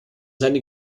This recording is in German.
seine